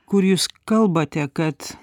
kur jūs kalbate kad